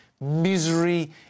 misery